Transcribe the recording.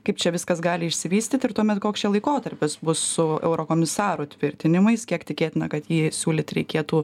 kaip čia viskas gali išsivystyt ir tuomet koks čia laikotarpis bus su eurokomisarų tvirtinimais kiek tikėtina kad jį siūlyt reikėtų